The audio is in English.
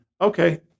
Okay